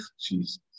Jesus